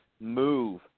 move